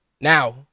Now